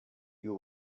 you